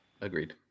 Agreed